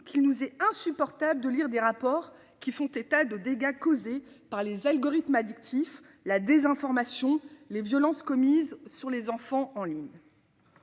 qui nous est insupportable de lire des rapports qui font état de dégâts causés par les algorithmes addictif la désinformation. Les violences commises sur les enfants en ligne.